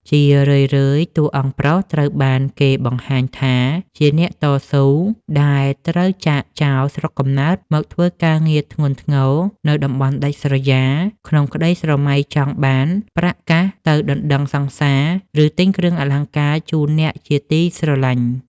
ជារឿយៗ តួអង្គប្រុសត្រូវបានគេបង្ហាញថាជាអ្នកតស៊ូដែលត្រូវចាកចោលស្រុកកំណើតមកធ្វើការងារធ្ងន់ធ្ងរនៅតំបន់ដាច់ស្រយាល ក្នុងក្តីស្រមៃចង់បានប្រាក់កាសទៅដណ្ដឹងសង្សារ ឬទិញគ្រឿងអលង្ការជូនអ្នកជាទីស្រឡាញ់។